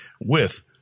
with-